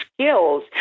skills